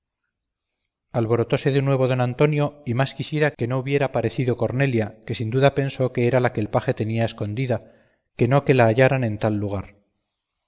oído llamar alborotóse de nuevo don antonio y más quisiera que no hubiera parecido cornelia que sin duda pensó que era la que el paje tenía escondida que no que la hallaran en tal lugar